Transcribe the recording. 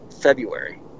February